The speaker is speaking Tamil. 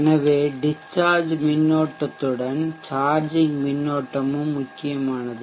எனவே டிஷ்சார்ஜ் மின்னோட்டத்துடன் சார்ஜிங் மின்னோட்டமும் முக்கியமானது